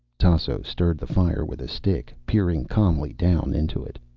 tasso stirred the fire with a stick, peering calmly down into it.